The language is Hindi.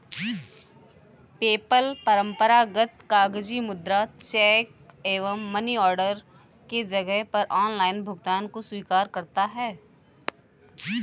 पेपल परंपरागत कागजी मुद्रा, चेक एवं मनी ऑर्डर के जगह पर ऑनलाइन भुगतान को स्वीकार करता है